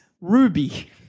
Ruby